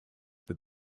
that